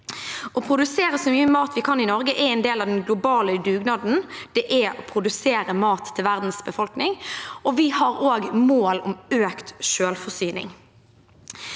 Å produsere så mye mat vi kan i Norge, er en del av den globale dugnaden det er å produsere mat til verdens befolkning. Vi har også mål om økt selvforsyning.